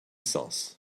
sans